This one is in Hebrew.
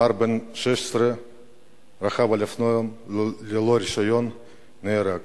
נער בן 16 רכב על אופנוע ללא רשיון ונהרג.